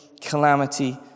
calamity